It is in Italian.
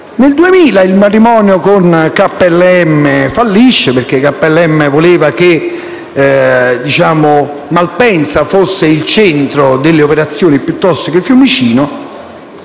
Nel 2000 il matrimonio di Alitalia con KLM fallì, perché KLM voleva che Malpensa fosse il centro delle operazioni, piuttosto che Fiumicino.